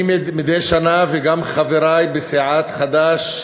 מדי שנה אני וחברי בסיעת חד"ש,